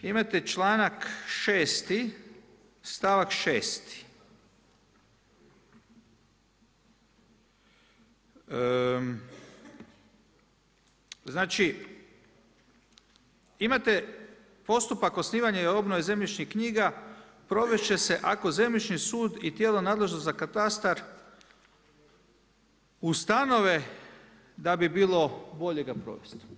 Imate članak 6. stavak 6., znači imate postupak osnivanja i obnove zemljišnih knjiga provest će se ako Zemljišni sud i tijelo nadležno za katastar ustanove da bi bilo bolje ga provesti.